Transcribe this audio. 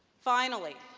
finally,